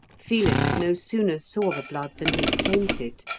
felix no sooner saw the blood than he fainted.